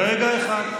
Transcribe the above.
רגע אחד.